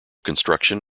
construction